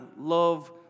love